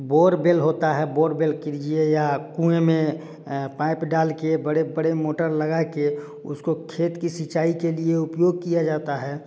borewell होता है borewell कीजिए या कुएँ में पाइप डालके बड़े बड़े मोटर लगाकर उसको खेत की सिंचाई के लिए उपयोग किया जाता है